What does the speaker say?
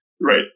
Right